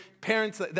parents